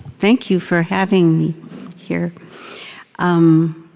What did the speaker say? thank you for having me here um